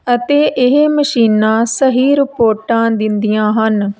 ਅਤੇ ਇਹ ਮਸ਼ੀਨਾਂ ਸਹੀ ਰਿਪੋਰਟਾਂ ਦਿੰਦੀਆਂ ਹਨ